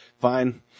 Fine